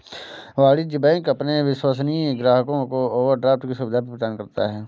वाणिज्य बैंक अपने विश्वसनीय ग्राहकों को ओवरड्राफ्ट की सुविधा भी प्रदान करता है